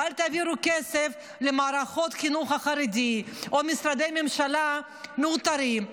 ואל תעבירו כסף למערכות החינוך החרדי או למשרדי ממשלה מאולתרים,